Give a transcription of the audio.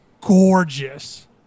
gorgeous